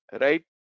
Right